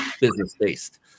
business-based